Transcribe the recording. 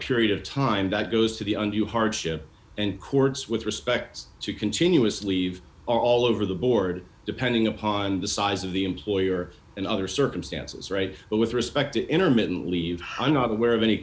period of time that goes to the un you hardship and courts with respect to continuous leave are all over the board depending upon the size of the employer and other circumstances right but with respect to intermittent leave i'm not aware of any